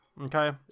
Okay